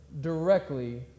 directly